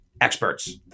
experts